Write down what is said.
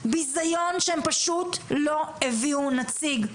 ביזיון שפשוט הם לא הביאו נציג.